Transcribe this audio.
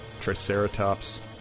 Triceratops